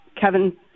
Kevin